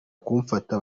kumfata